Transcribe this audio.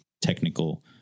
technical